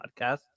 podcast